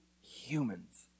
humans